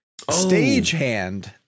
Stagehand